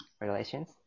relations